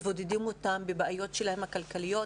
מבודדים אותם בבעיות הכלכליות שלהם,